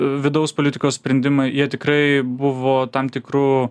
vidaus politikos sprendimai jie tikrai buvo tam tikru